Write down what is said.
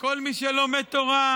את כל מי שלומד תורה,